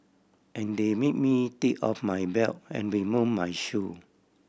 and they made me take off my belt and remove my shoe